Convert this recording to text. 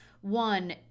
one